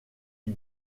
est